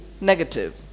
negative